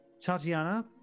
Tatiana